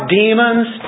demons